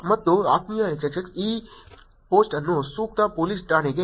ಮತ್ತು ಆತ್ಮೀಯ XXX ಈ ಪೋಸ್ಟ್ ಅನ್ನು ಸೂಕ್ತ ಪೊಲೀಸ್ ಠಾಣೆಗೆ ರವಾನಿಸಲಾಗಿದೆ